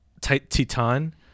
Titan